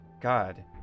God